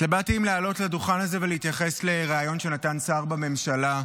התלבטתי אם לעלות לדוכן הזה ולהתייחס לריאיון שנתן שר בממשלה,